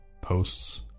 posts